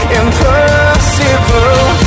impossible